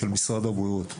של משרד הבריאות,